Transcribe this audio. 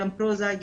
גם פרוזה,